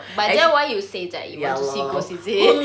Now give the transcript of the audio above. but then why you say that you want to see ghosts is it